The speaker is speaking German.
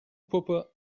puppe